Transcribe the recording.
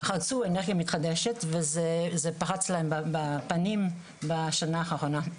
רצו אנרגיה מתחדשת וזה פרץ להם בפנים בשנה האחרונה.